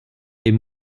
est